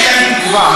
כי אין להם תקווה.